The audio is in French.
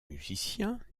musicien